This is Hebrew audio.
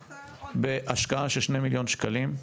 פתרון לכ-1,000 בהשקעה של שני מיליון שקלים,